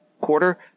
quarter